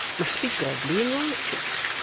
must be godly and righteous.